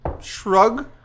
shrug